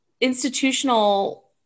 institutional